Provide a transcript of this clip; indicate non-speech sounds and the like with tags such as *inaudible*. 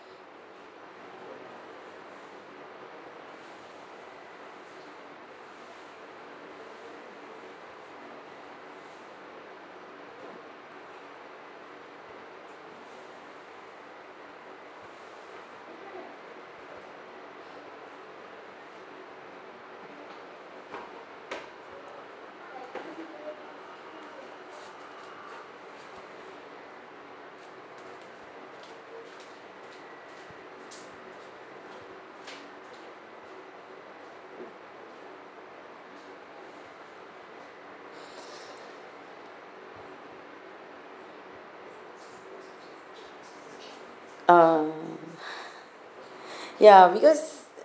uh *breath* ya because